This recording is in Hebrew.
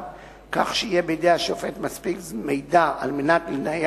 בית-המשפט יסביר לנאשם כי אם רצונו לטעון